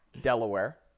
delaware